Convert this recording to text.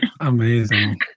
Amazing